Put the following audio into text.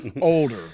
Older